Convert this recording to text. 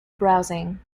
browsing